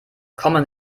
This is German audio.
kommen